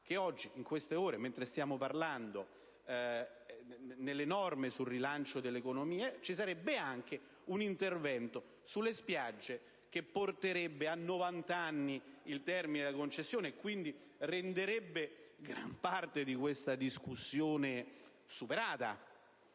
che in queste ore, mentre stiamo parlando, nelle norme sul rilancio dell'economia ci sarebbe anche un intervento sulle spiagge che porterebbe a novant'anni il termine della concessione e quindi renderebbe gran parte di questa discussione superata,